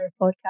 podcast